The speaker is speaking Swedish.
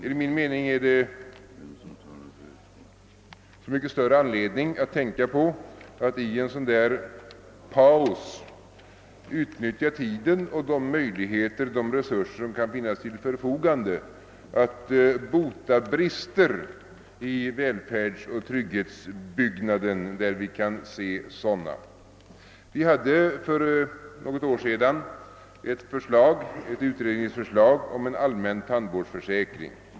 Enligt min mening är det då så mycket större anledning att tänka på att i en sådan där paus utnyttja tiden och de resurser som kan finnas till förfogande till att bota brister i välfärdsoch trygghetsbyggnaden där vi kan se sådana. Vi hade för något år sedan ett utredningsförslag om en allmän tandvårdsförsäkring.